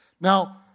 Now